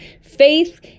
Faith